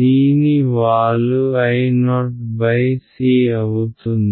దీని వాలు Ioc అవుతుంది